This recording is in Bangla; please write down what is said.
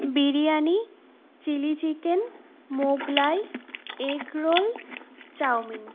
biryani chilli chicken Mughlai egg roll chowmein